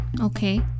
Okay